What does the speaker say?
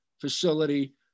facility